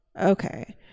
Okay